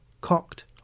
cocked